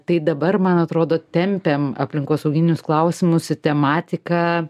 tai dabar man atrodo tempiam aplinkosauginius klausimus į tematiką